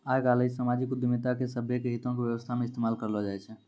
आइ काल्हि समाजिक उद्यमिता के सभ्भे के हितो के व्यवस्था मे इस्तेमाल करलो जाय छै